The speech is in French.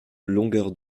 longueur